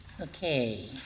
Okay